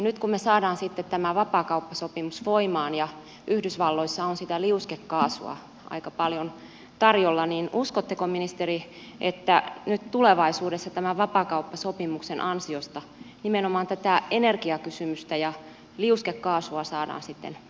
nyt kun me saamme sitten tämän vapaakauppasopimuksen voimaan ja yhdysvalloissa on sitä liuskekaasua aika paljon tarjolla niin uskotteko ministeri että nyt tulevaisuudessa tämän vapaakauppasopimuksen ansiosta nimenomaan tätä energiakysymystä ja liuskekaasua saadaan sitten eurooppaan